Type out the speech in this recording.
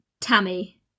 Tammy